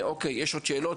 יש עוד שאלות?